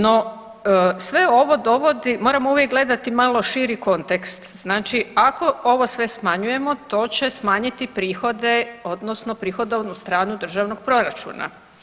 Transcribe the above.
No sve ovo dovodi, moramo uvijek gledamo malo širi kontekst, znači ako ovo sve smanjujemo to će smanjiti prihode odnosno prihodovnu stranu državnog proračuna.